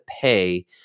pay